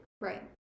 Right